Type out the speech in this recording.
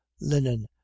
linen